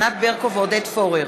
ענת ברקו ועודד פורר